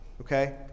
okay